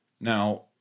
now